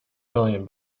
million